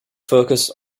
focus